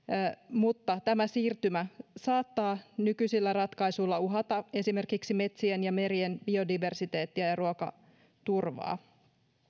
mutta tämä siirtymä saattaa nykyisillä ratkaisuilla uhata esimerkiksi metsien ja merien biodiversiteettiä ja ruokaturvaa